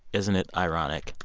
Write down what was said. isn't it ironic?